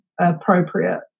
appropriate